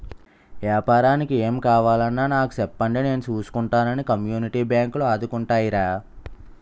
ఏపారానికి ఏం కావాలన్నా నాకు సెప్పండి నేను సూసుకుంటానని కమ్యూనిటీ బాంకులు ఆదుకుంటాయిరా